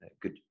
good